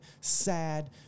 sad